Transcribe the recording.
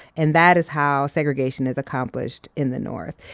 and that is how segregation is accomplished in the north.